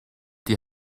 die